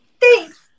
Thanks